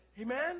Amen